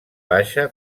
baixa